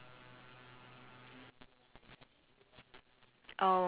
or do you have cable already cause uh it it was on nickelodeon I think